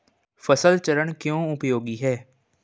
फसल चरण क्यों उपयोगी है?